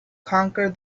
conquer